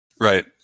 Right